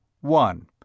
one